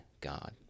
God